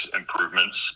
improvements